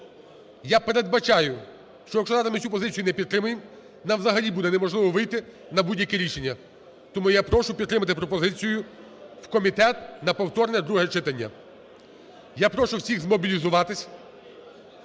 Я передбачаю, що якщо треба, ми цю позицію не підтримаємо, нам взагалі буде неможливо вийти на будь-яке рішення. Тому я прошу підтримати пропозицію: в комітет на повторне друге читання. Я прошу всіхзмобілізуватися